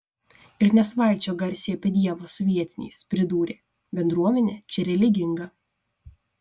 ir nesvaičiok garsiai apie dievą su vietiniais pridūrė bendruomenė čia religinga